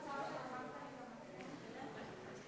שלקחת לי את המטען?